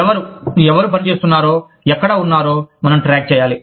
ఎవరు ఎవరు పని చేస్తున్నారో ఎక్కడ ఉన్నారో మనం ట్రాక్ చేయాలి